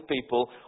people